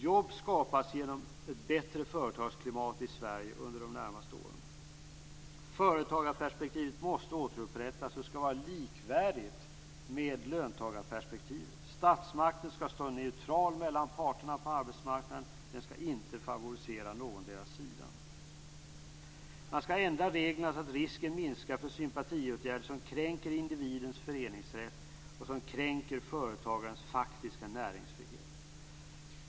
Jobb skapas genom ett bättre företagsklimat i Sverige under de närmaste åren. Företagarperspektivet måste återupprättas och skall vara likvärdigt med löntagarperspektivet. Statsmakten skall stå neutral mellan parterna på arbetsmarknaden. Den skall inte favorisera någondera sidan. Man skall ändra reglerna så att risken minskar för sympatiåtgärder som kränker individens föreningsrätt och som kränker företagarens faktiska näringsfrihet.